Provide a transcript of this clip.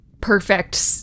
perfect